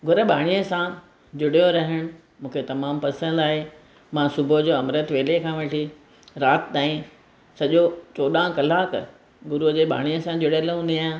गुरबाणीअ सां जुड़ियो रहणु मूंखे तमामु पसंदि आहे मां सुबुह जो अमृत वेले खां वठी राति ताईं सॼो चोॾहं कलाक गुरूअ जे बाणी सां जुड़ियल हूंदी आहियां